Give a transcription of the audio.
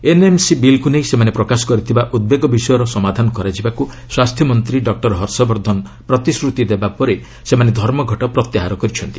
NMC ବିଲ୍କୁ ନେଇ ସେମାନେ ପ୍ରକାଶ କରିଥିବା ଉଦ୍ବେଗ ବିଷୟର ସମାଧାନ କରାଯିବାକୁ ସ୍ୱାସ୍ଥ୍ୟମନ୍ତ୍ରୀ ହର୍ଷବର୍ଦ୍ଧନ ପ୍ରତିଶ୍ରତି ଦେବା ପରେ ସେମାନେ ଧର୍ମଘଟ ପ୍ରତ୍ୟାହାର କରିଛନ୍ତି